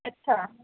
ਅੱਛਾ